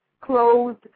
closed